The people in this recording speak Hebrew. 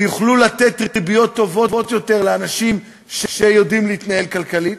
ויוכלו לתת ריביות טובות יותר לאנשים שיודעים להתנהל כלכלית.